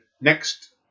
next